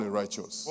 righteous